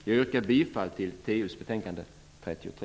Jag yrkar bifall till hemställan i trafikutskottets betänkande 33.